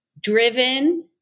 Driven